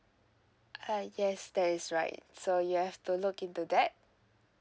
uh yes that is right so you have to look into that